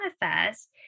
manifest